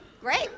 Great